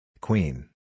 Queen